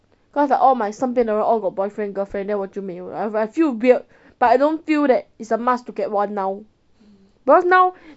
cause like all my 身边的人 all got boyfriend girlfriend then 我就没有 lah but I feel weird but I don't feel that it's a must to get one now because now